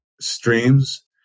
streams